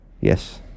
Yes